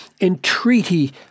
entreaty